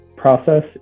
process